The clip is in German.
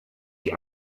die